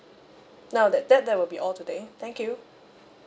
no that that that will be all today thank you